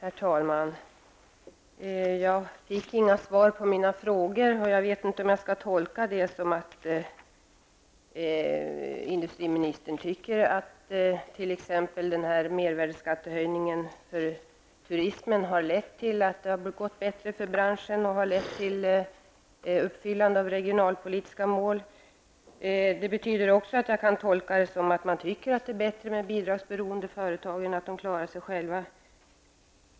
Herr talman! Jag fick inget svar på mina frågor. Det skall kanske tolkas som att industriministern anser att mervärdeskattehöjningen när det gäller turismen har lett till att det har gått bättre för branschen och att de regionalpolitiska målen uppfyllts. Jag kan också tolka det som att man föredrar bidragsberoende företag i stället för att de klarar sig själva.